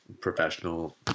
professional